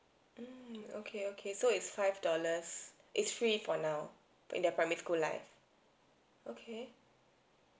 mm okay okay so is five dollars it's free for now in the primary school life okay